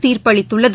தீர்ப்பளித்துள்ளது